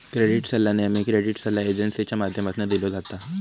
credit सल्ला नेहमी credit सल्ला एजेंसींच्या माध्यमातना दिलो जाता